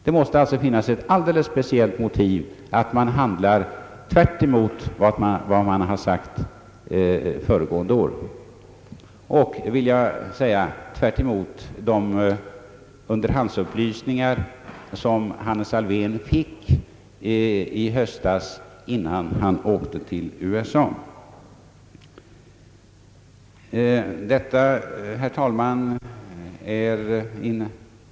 Det måste alltså finnas något alldeles speciellt motiv för att man handlat tvärtemot vad man uttalade föregående år och dessutom tvärtemot de underhandsupplysningar som Hannes Alfvén fick i höstas innan han for tiil USA. Herr talman!